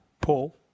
Paul